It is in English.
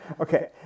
Okay